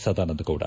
Sadananda Gowda